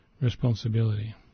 responsibility